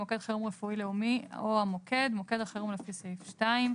"מוקד חירום רפואי לאומי" "המוקד" מוקד חירום לפי סעיף 2,